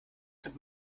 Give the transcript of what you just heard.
nimmt